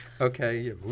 Okay